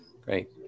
great